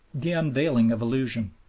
the unveiling of illusion,